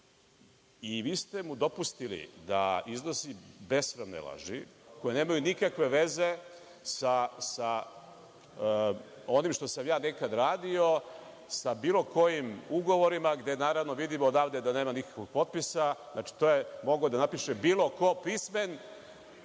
Vi ste mu dopustili da iznosi besramne laži koje nemaju nikakve veze sa onim što sam ja nekad radio, sa bilo kojim ugovorima gde, naravno, vidim odavde da nema nikakvog potpisa. Znači, to je mogao da napiše bilo ko pismen.